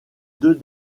deux